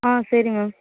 ஆ சரி மேம்